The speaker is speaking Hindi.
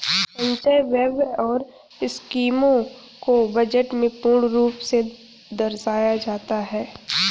संचय व्यय और स्कीमों को बजट में पूर्ण रूप से दर्शाया जाता है